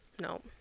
no